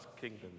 kingdom